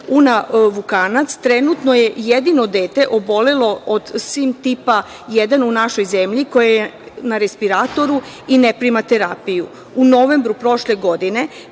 Lukanac trenutno je jedino dete obolelo od SMA tipa 1. u našoj zemlji koja ja na respiratoru i ne prima terapiju. U novembru prošle godine,